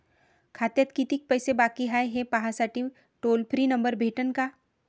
खात्यात कितीकं पैसे बाकी हाय, हे पाहासाठी टोल फ्री नंबर भेटन का?